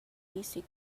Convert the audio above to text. music